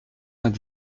vingt